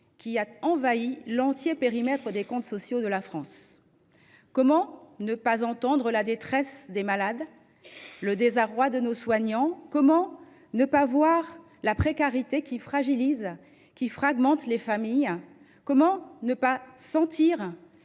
qui a envahi l’entier périmètre des comptes sociaux de la France. Comment ne pas entendre la détresse des malades et le désarroi de nos soignants ? Comment ne pas voir la précarité qui fragilise et fragmente les familles ? Comment ne pas sentir